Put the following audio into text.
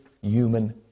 human